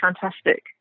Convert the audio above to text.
fantastic